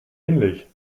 ähnlich